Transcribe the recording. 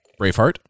Braveheart